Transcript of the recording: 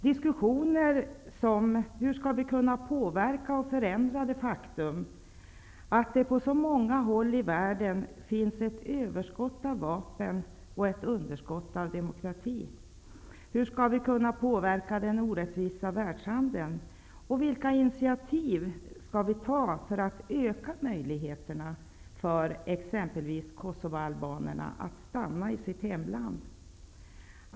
Diskussioner om följande förekommer sällan: Hur skall vi kunna påverka och förändra det faktum att det på så många håll i världen finns ett överskott av vapen och ett underskott av demokrati? Hur skall vi kunna påverka den orättvisa världshandeln? Vilka initiativ skall vi ta för att öka möjligheterna för exempelvis kosovoalbanerna att stanna i sitt hemland?